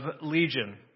Legion